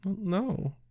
No